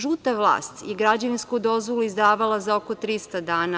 Žuta vlast je građevinsku dozvolu izdavala za oko 300 dana.